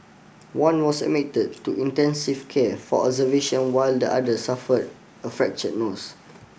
one was admitted to intensive care for observation while the other suffered a fractured nose